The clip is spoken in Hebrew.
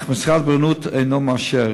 אך משרד הבריאות אינו מאשר.